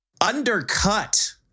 undercut